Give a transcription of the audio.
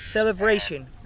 Celebration